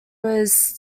was